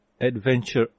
adventure